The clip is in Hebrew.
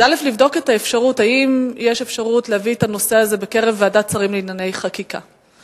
זה לבדוק אם יש אפשרות להביא את הנושא הזה לוועדת שרים לענייני חקיקה,